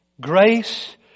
Grace